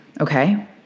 Okay